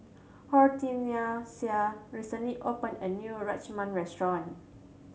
Hortencia recently opened a new Rajma Restaurant